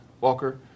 Walker